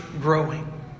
growing